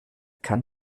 kann